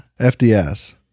FDS